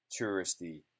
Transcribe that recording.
touristy